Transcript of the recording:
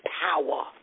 power